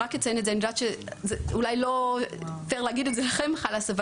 שאולי זה לא רלוונטי אליכם ׳חלאסרטן׳,